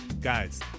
guys